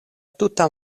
tuta